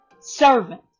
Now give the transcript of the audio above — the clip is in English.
servant